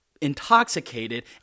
intoxicated